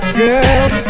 girl